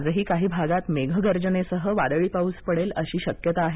आजही काही भागांत मेघगर्जनेसह वादळी पाऊस पडेल अशी शक्यता आहे